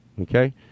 Okay